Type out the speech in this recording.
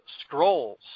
scrolls